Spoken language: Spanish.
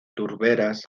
turberas